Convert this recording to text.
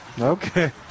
Okay